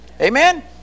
Amen